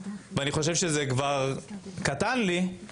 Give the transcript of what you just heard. ואני חושב שזה כבר קטן לי,